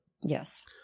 Yes